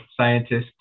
scientists